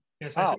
Yes